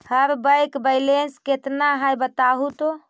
हमर bank balance केतना है बताहु तो?